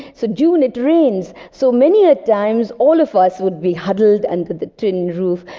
so, june it rains, so many a times all of us would be huddled under the tin roof,